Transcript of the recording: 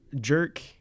jerk